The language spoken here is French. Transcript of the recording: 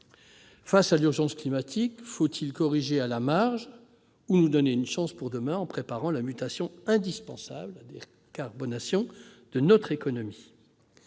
Face à l'urgence climatique, faut-il apporter des corrections à la marge ou nous donner une chance pour demain, en préparant cette mutation indispensable qu'est la décarbonation de notre économie ?